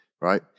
right